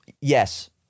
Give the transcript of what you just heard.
yes